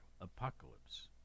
apocalypse